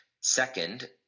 Second